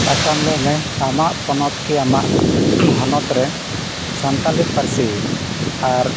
ᱟᱪᱪᱷᱟ ᱟᱢ ᱞᱟᱹᱭ ᱢᱮ ᱟᱢᱟᱜ ᱯᱚᱱᱚᱛ ᱠᱤ ᱟᱢᱟᱜ ᱦᱚᱱᱚᱛ ᱨᱮ ᱥᱟᱱᱛᱟᱞᱤ ᱯᱟᱹᱨᱥᱤ ᱟᱨ